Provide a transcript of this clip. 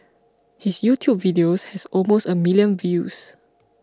his YouTube video has almost a million views